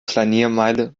flaniermeile